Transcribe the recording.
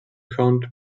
account